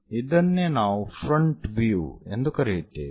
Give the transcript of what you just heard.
ಇದನ್ನೇ ನಾವು front view ಎಂದು ಕರೆಯುತ್ತೇವೆ